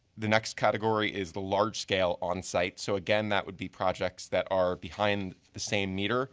the next category is the large scale on site so, again, that would be projects that are behind the same meter